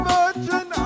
Virgin